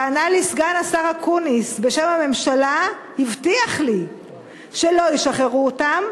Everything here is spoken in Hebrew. וענה לי סגן השר אקוניס בשם הממשלה והבטיח לי שלא ישחררו אותם,